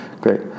great